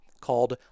called